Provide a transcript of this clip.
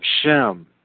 Shem